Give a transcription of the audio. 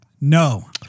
No